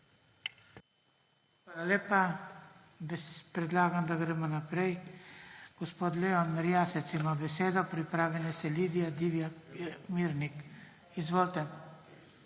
Hvala lepa. Predlagam, da gremo naprej. Gospod Leon Merjasec ima besedo, pripravi naj se Lidija Divjak Mirnik. Izvolite.